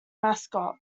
mascot